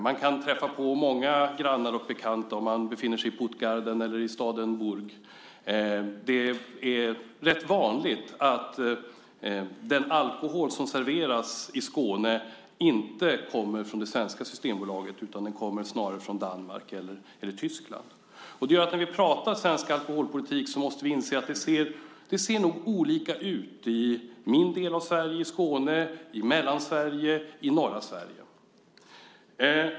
Man kan träffa på många grannar och bekanta om man befinner sig i Puttgarden eller Burg. Det är också rätt vanligt att den alkohol som serveras i Skåne inte kommer från det svenska Systembolaget utan snarare från Danmark eller Tyskland. När vi pratar svensk alkoholpolitik måste vi nog därför inse att det ser olika ut i min del av Sverige, i Skåne, i Mellansverige och i norra Sverige.